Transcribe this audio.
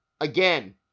again